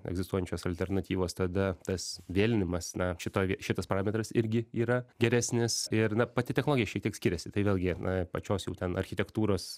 egzistuojančios alternatyvos tada tas vėlinimas na šitoj šitas parametras irgi yra geresnis ir na pati technologija šiek tiek skiriasi tai vėlgi na pačios jau ten architektūros